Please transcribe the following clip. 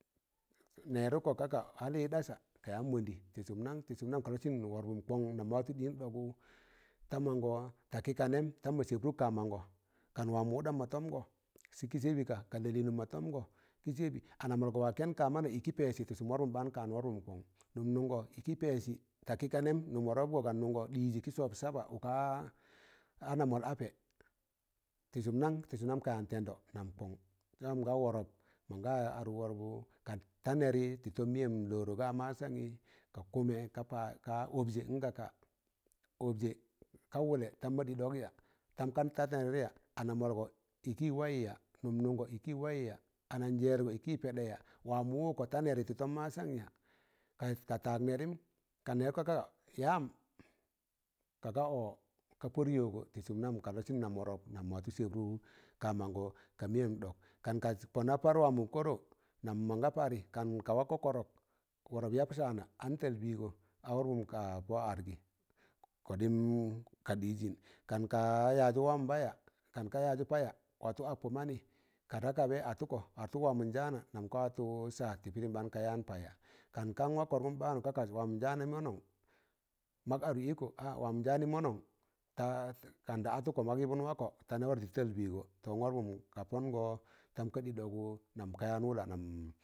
Nẹrụkkọ ka ka hali ɗasa kayan mọndị, tị sụm nan? tị sụm nam ka lọsịn wọrpụm kọngụm mọ ga watị ɗịn ɗọgọ ta mango,̣ takị ka nem tam ma sẹbrụk ka mangọ, kan wamọ wụɗam ma tọmgọ, kị sẹbị ka, kan lalịịnụm ma tọmgọ kị sẹbị, ana mọlgọ wa kẹn ka- mana ịkị pẹsị tị sụm wọrpụm ɓaan ka an wọrbụm kọn, nụm nụngọ ịkị pẹ'sị, takị ka nẹm nụm wọrọpgọ ka nụngọ ɗiizi kị sọọb saba ụka ana mọl apẹ, tị sụm nang?tị sụm nam ka yaan tẹndọ nam kọn, sẹ wam ga wọrọp, mọnga arụk wọrpụ kata neri tị tọm miyẹm lọrọ ga masonị, ka kụ mẹ ka pa ka ọbjẹ ngaka, ọbjẹ ka wụlẹ ndam ma ɗị ɗọk ya? ana mọlgọ ịkị waijị ya? nụm nụngọ ịkị wayị ya? ananjẹẹrgọ ịkị pẹɗẹya?, wamọ wụ kọ ta nẹrị tọm masan ya? ka tag nẹrịm, ka nẹrụk kọka yam, ka ọ ka pọd yọgọ tị sụm nam ka losin wọrọp nam mọ watụ sẹbrụk ka- mangọ ka mịyẹm ɗọk, kanka pọna paar wa mọ kọrọ nam mọnga parị kan ka wakkọ kọrọk wọrọp ya saana an tal bịgọ, a wọrbụm ka pọ argị, kọɗim ka ɗịzịn, kan ka yazọ wam paya, kan ka yazọ paya watụ appọ manị, ka da kabaị atụkọ atụk wa mọ njaana, nam ka watụ saa tị pịrịm baan ka yaan paya, kan kan wak kọrgụm baanụ ka ka wa monjaanị mọnọn ta kanda atụkọ mọk yịbụn wako tani warọ tị tal pịịgọ tor n'wọrbụm ka pọngọ tam ka ɗị ɗọgọ ka yaan wụla.